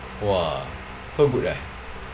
!wah! so good ah